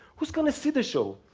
who's gonna see the show?